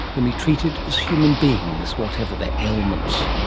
whom he treated as human beings, whatever their ailments.